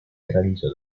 tradito